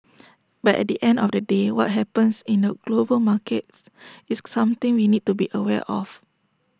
but at the end of the day what happens in the global markets is something we need to be aware of